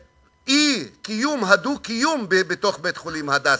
אי-קיום הדו-קיום בתוך בית-חולים "הדסה".